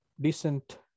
decent